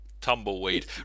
Tumbleweed